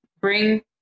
Bring